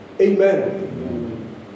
Amen